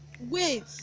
Wait